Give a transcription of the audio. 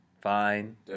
fine